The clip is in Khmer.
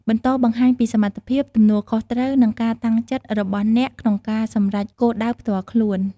បន្តបង្ហាញពីសមត្ថភាព ទំនួលខុសត្រូវ និងការតាំងចិត្តរបស់អ្នកក្នុងការសម្រេចគោលដៅផ្ទាល់ខ្លួន។